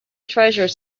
treasure